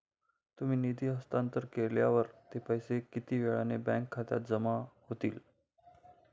तुम्ही निधी हस्तांतरण केल्यावर ते पैसे किती वेळाने बँक खात्यात जमा होतील?